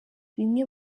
bimwe